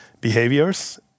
behaviors